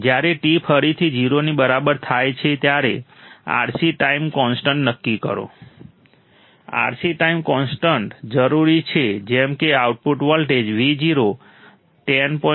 જ્યારે t ફરીથી 0 ની બરાબર થાય ત્યારે RC ટાઈમ કોન્સ્ટન્ટ નક્કી કરો RC ટાઈમ કોન્સ્ટન્ટ જરૂરી છે જેમ કે આઉટપુટ વોલ્ટેજ Vo 10